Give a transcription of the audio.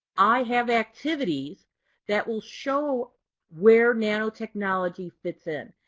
i have activities that will show where nanotechnology fits in,